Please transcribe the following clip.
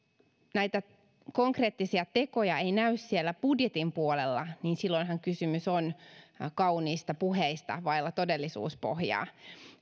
näitä konkreettisia tekoja ei näy siellä budjetin puolella niin silloinhan kysymys on kauniista puheista vailla todellisuuspohjaa